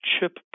CHIP